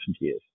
years